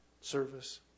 service